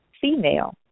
female